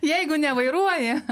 jeigu nevairuoji